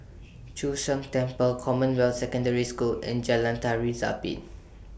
Chu Sheng Temple Commonwealth Secondary School and Jalan Tari Zapin